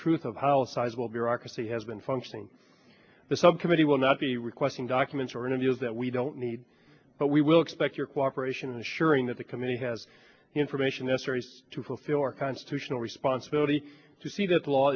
truth of how sizable bureaucracy has been functioning the subcommittee will not be requesting documents or interviews that we don't need but we will expect your cooperation ensuring that the committee has the information necessary to fulfill our constitutional responsibility to see that the law